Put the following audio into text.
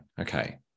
Okay